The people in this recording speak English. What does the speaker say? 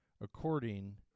according